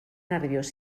nerviós